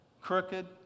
Crooked